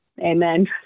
amen